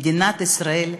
מדינת ישראל,